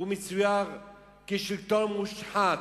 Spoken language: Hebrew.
מצטייר כשלטון מושחת,